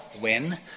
win